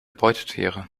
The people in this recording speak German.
beutetiere